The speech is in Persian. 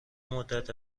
مدت